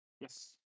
Yes